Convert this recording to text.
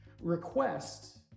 request